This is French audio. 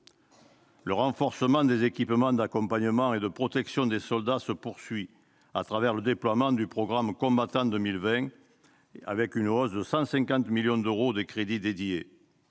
Le renforcement des équipements d'accompagnement et de protection des soldats se poursuit, à travers le déploiement du programme Combattant 2020 et une hausse de 150 millions d'euros des crédits dédiés.